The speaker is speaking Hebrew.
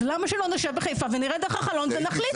אז למה שלא נשב בחיפה ונראה דרך החלון ונחליט,